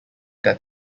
their